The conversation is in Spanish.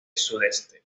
sudeste